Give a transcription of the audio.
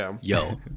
yo